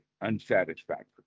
unsatisfactory